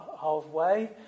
halfway